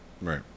right